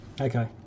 Okay